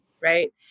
right